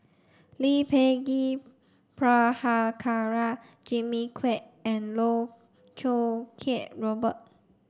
Lee Peh Gee Prabhakara Jimmy Quek and Loh Choo Kiat Robert